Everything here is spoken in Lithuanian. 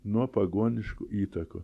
nuo pagoniškų įtakų